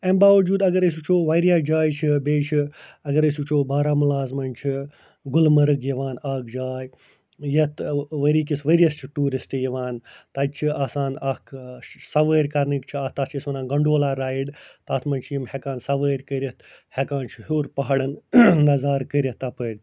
اَمہِ باوجوٗد اگر أسۍ وُچھو وارِیاہ جایہِ چھِ بیٚیہِ چھِ اگر أسۍ وُچھُو بارامُلاہس منٛز چھِ گُلمرٕگ یِوان اکھ جاے یَتھ ؤری کِس ؤریس چھِ ٹیٛوٗرسٹہٕ یِوان تَتہِ چھِ آسان اکھ سوٲرۍ کرنٕکۍ چھِ اتھ تتھ چھِ أسۍ وَنان گنٛڈولا رایِڈ تتھ منٛز چھِ یِم ہٮ۪کان سوٲرۍ کٔرِتھ ہٮ۪کان چھِ ہیوٚر پہاڑن نظارٕ کٔرِتھ تپٲرۍ